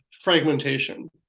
fragmentation